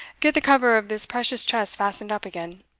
get the cover of this precious chest fastened up again.